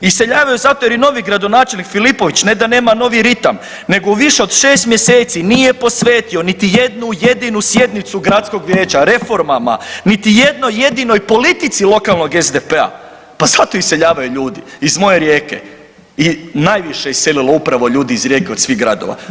Iseljavaju zato jer je novi gradonačelnik Filipović ne da nema novi ritam nego više od 6 mjeseci nije posvetio niti jednu jedinu sjednicu gradskog vijeća reformama, niti jednoj jedinoj politici lokalnog SDP-a, pa zato iseljavaju ljudi iz moje Rijeke i najviše je iselilo upravo ljudi iz Rijeke od svih gradova.